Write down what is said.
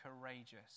courageous